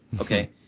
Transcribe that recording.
Okay